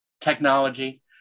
technology